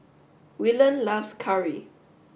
Willene loves Curry